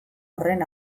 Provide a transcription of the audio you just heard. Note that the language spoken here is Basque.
horren